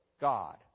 God